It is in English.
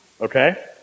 Okay